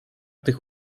tych